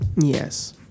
Yes